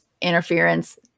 interference